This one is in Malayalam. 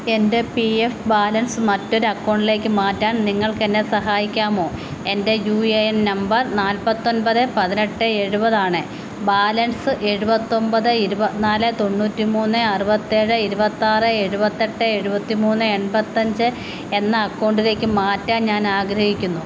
എൻ്റെ പി എഫ് ബാലൻസ് മറ്റൊരു അക്കൗണ്ടിലേക്കു മാറ്റാൻ നിങ്ങൾക്കെന്നെ സഹായിക്കാമോ എൻ്റെ യു എ എൻ നമ്പർ നാൽപ്പത്തൊൻപത് പതിനെട്ട് എഴുപതാണ് ബാലൻസ് എഴുപത്തൊൻപത് ഇരുപത് നാല് തൊണ്ണൂറ്റി മൂന്ന് അറുപത്തേഴ് ഇരുപത്താറ് എഴുപത്തെട്ട് എഴുപത്തി മൂന്ന് എൺപത്തഞ്ച് എന്ന അക്കൗണ്ടിലേക്കു മാറ്റാൻ ഞാൻ ആഗ്രഹിക്കുന്നു